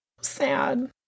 sad